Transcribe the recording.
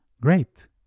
Great